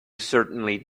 certainly